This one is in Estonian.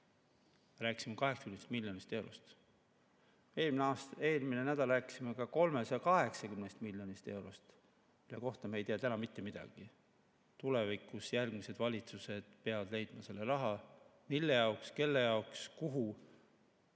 Rääkisime 80 miljonist eurost. Eelmine nädal rääkisime ka 380 miljonist eurost, mille kohta me ei tea täna mitte midagi. Tulevikus peavad järgmised valitsused selle raha leidma. Mille jaoks, kelle jaoks, kuhu